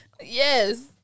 Yes